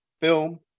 film